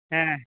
ᱦᱮᱸ